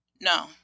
No